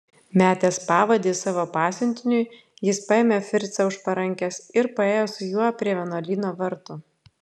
metęs pavadį savo pasiuntiniui jis paėmė fricą už parankės ir paėjo su juo prie vienuolyno vartų